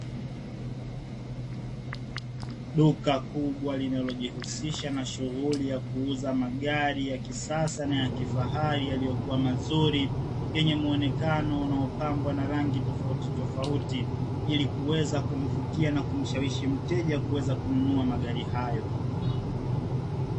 Duka kubwa linalojihusisha na shughuli ya kuuza magari ya kisasa na ya kifahari yaliyokuwa mazuri, yenye muonekano unaopambwa na rangi tofautitofauti ili kuweza kumvutia na kumshawishi mteja kuweza kununua magari hayo.